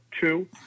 Two